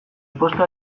posta